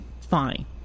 Fine